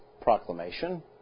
proclamation